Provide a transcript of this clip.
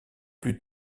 plus